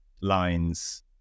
lines